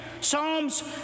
Psalms